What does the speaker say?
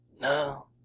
No